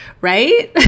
right